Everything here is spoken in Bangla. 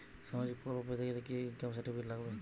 সামাজীক প্রকল্প পেতে গেলে কি ইনকাম সার্টিফিকেট লাগবে?